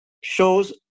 shows